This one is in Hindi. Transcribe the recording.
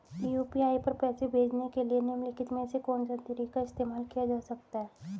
यू.पी.आई पर पैसे भेजने के लिए निम्नलिखित में से कौन सा तरीका इस्तेमाल किया जा सकता है?